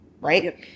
right